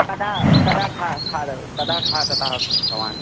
कदा कदा खादति खादति कदा खादति भवान्